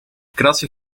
krassen